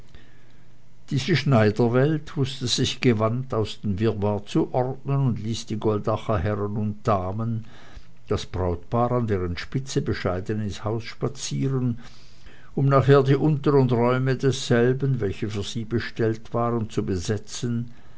diese schneiderwelt wußte sich gewandt aus dem wirrwarr zu ordnen und ließ die goldacher herren und damen das brautpaar an deren spitze bescheiden ins haus spazieren um nachher die unteren räume desselben welche für sie bestellt waren zu besetzen